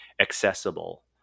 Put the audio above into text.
accessible